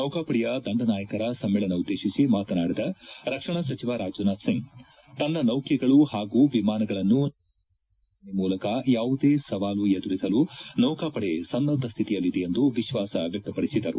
ನೌಕಾಪಡೆಯ ದಂಡನಾಯಕರ ಸಮ್ಮೇಳನ ಉದ್ದೇಶಿಸಿ ಮಾತನಾಡಿದ ರಕ್ಷಣಾ ಸಚಿವ ರಾಜನಾಥ್ ಸಿಂಗ್ ತನ್ನ ನೌಕೆಗಳು ಹಾಗೂ ವಿಮಾನಗಳನ್ನು ಸ್ಕ್ರಿಯ ನಿಯೋಜನೆ ಮೂಲಕ ಯಾವುದೇ ಸವಾಲು ಎದುರಿಸಲು ಸೌಕಾಪಡೆ ಸನ್ನದ್ದ ಸ್ಥಿತಿಯಲ್ಲಿದೆ ಎಂದು ವಿಶ್ವಾಸ ವ್ಯಕ್ತಪಡಿಸಿದರು